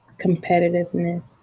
Competitiveness